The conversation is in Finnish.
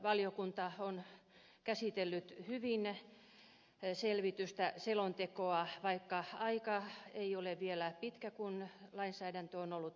talousvaliokunta on käsitellyt hyvin selvitystä selontekoa vaikka se aika ei ole vielä pitkä jolloin lainsäädäntö on ollut voimassa